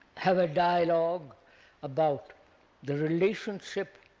have a dialogue about the relationship